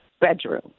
bedroom